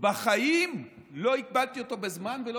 לא הפריעו לו.